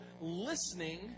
listening